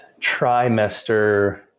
trimester